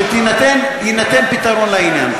הוא שיינתן פתרון לעניין.